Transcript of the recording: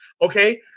Okay